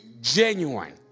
genuine